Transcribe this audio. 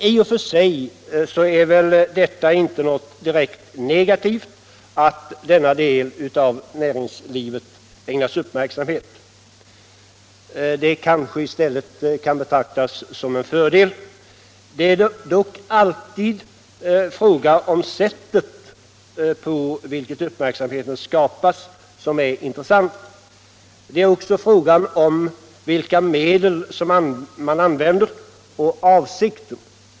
I och för sig är det väl inget direkt negativt att denna del av näringslivet ägnas uppmärksamhet — det kanske i stället kan betraktas som en fördel. Det är dock alltid sättet på vilket uppmärksamheten skapas som är intressant. Det är också fråga om vilka medel man använder och vilken avsikten är.